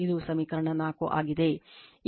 ಇದು ಸಮೀಕರಣ 4 ಆಗಿದೆ